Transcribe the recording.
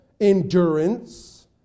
endurance